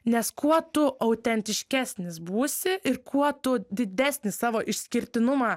nes kuo tu autentiškesnis būsi ir kuo tu didesnį savo išskirtinumą